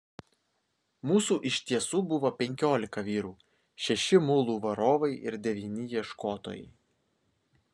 mūsų iš tiesų buvo penkiolika vyrų šeši mulų varovai ir devyni ieškotojai